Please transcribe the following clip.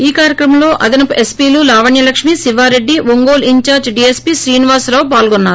ఈ కార్యక్రమంలో అదనపు ఎస్సీలు లావణ్యలక్ష్మి శివారెడ్డి ఒంగోలు ఇన్ఛార్జి డీఎస్పీ శ్రీనివాసరావు పాల్గొన్నారు